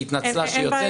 והיא התנצלה שהיא יוצאת,